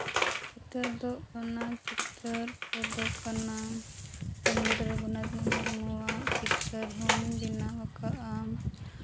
ᱱᱤᱛᱚᱜ ᱫᱚ ᱚᱱᱟ ᱪᱤᱛᱟᱹᱨ ᱠᱚᱫᱚ ᱠᱟᱱᱟ ᱯᱚᱱᱰᱤᱛ ᱨᱟᱹᱜᱷᱩᱱᱟᱛᱷ ᱢᱩᱨᱢᱩᱣᱟᱜ ᱪᱤᱛᱟᱹᱨ ᱦᱚᱸᱧ ᱵᱮᱱᱟᱣ ᱟᱠᱟᱜᱼᱟ